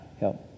help